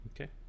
Okay